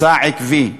מסע עקבי,